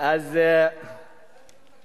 אבל לא יגידו לך כלום כשתרד.